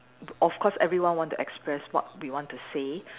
of course everyone want to express what we want to say